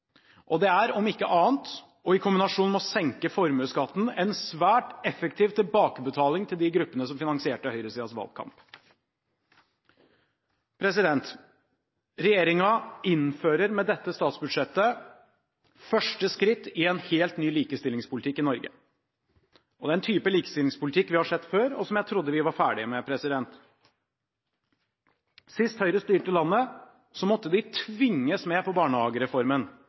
det er – om ikke annet – i kombinasjon med å senke formuesskatten en svært effektiv tilbakebetaling til de gruppene som finansierte høyresidens valgkamp. Regjeringen innfører med dette statsbudsjettet første skritt i en helt ny likestillingspolitikk i Norge, og det er en type likestillingspolitikk vi har sett før, og som jeg trodde vi var ferdige med. Sist Høyre styrte landet, måtte de tvinges med på barnehagereformen.